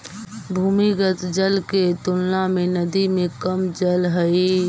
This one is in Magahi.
भूमिगत जल के तुलना में नदी में कम जल हई